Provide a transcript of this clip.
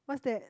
what's that